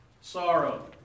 sorrow